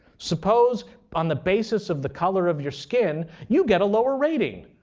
suppose on the basis of the color of your skin you get a lower rating,